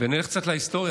אני אלך קצת להיסטוריה,